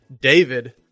David